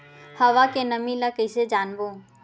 हवा के नमी ल कइसे जानबो?